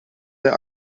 der